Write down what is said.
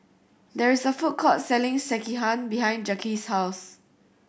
there is a food court selling Sekihan behind Jaquez's house